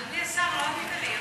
אדוני השר, לא ענית לי.